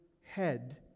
head